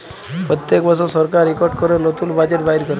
প্যত্তেক বসর সরকার ইকট ক্যরে লতুল বাজেট বাইর ক্যরে